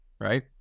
right